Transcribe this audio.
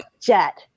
jet